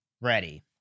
ready